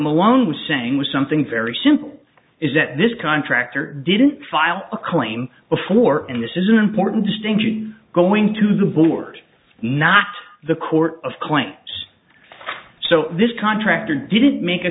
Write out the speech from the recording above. malone was saying was something very simple is that this contractor didn't file a claim before and this is an important distinction going to the board not the court of claims so this contractor didn't make a